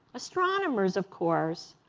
astronomers, of course,